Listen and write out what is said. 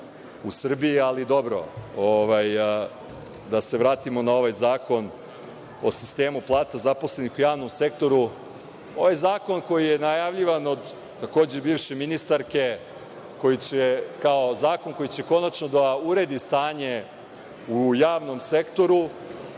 ali dobro, da se vratimo na ovaj Zakon o sistemu plata zaposlenih u javnom sektoru. Ovaj zakon koji je najavljivan od, takođe bivše ministarke, kao zakon koji će konačno da uredi stanje u javnom sektoru,